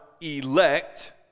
elect